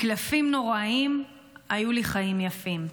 מקלפים נוראיים היו לי חיים יפים".